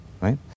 right